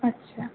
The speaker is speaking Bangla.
আচ্ছা